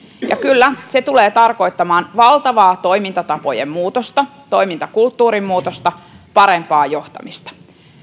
ja kyllä se tulee tarkoittamaan valtavaa toimintatapojen muutosta toimintakulttuurin muutosta parempaa johtamista